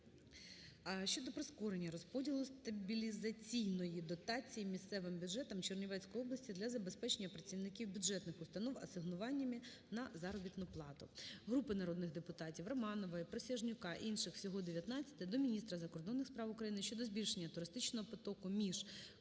щодо прискорення розподілу стабілізаційної дотації місцевим бюджетам Чернівецької області для забезпечення працівників бюджетних установ асигнуваннями на заробітну плату. Групи народних депутатів (Романової, Присяжнюка, інших - всього 19) до міністра закордонних справ України щодо збільшення туристичного потоку між